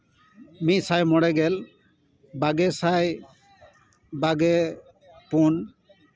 ᱢᱤᱫ ᱥᱟᱭ ᱢᱚᱬᱮ ᱜᱮᱞ ᱵᱟᱜᱮ ᱥᱟᱭ ᱵᱟᱜᱮ ᱯᱩᱱ